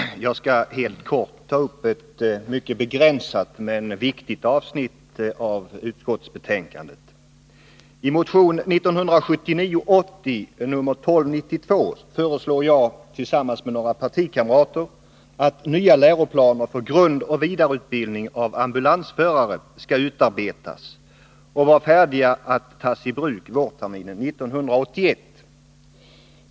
Fru talman! Jag skall helt kort ta upp ett mycket begränsat men viktigt avsnitt av utskottsbetänkandet. I motion 1979/80:1292 föreslår jag tillsammans med några partikamrater att nya läroplaner för grundoch vidareutbildning av ambulansförare skall utarbetas och vara färdiga att tas i bruk vårterminen 1981.